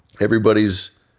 everybody's